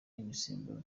imisemburo